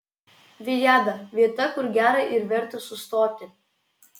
viada vieta kur gera ir verta sustoti